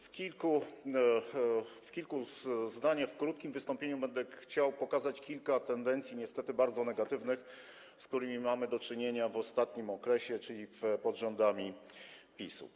W kilku zdaniach w krótkim wystąpieniu będę chciał zobrazować kilka tendencji niestety bardzo negatywnych, z jakimi mamy do czynienia w ostatnim czasie, czyli pod rządami PiS.